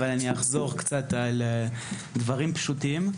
אבל אחזור על כמה דברים פשוטים.